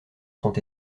sont